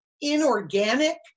inorganic